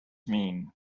mean